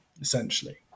essentially